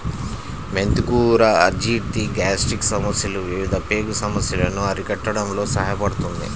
మెంతి కూర అజీర్తి, గ్యాస్ట్రిక్ సమస్యలు, వివిధ పేగు సమస్యలను అరికట్టడంలో సహాయపడుతుంది